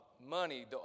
money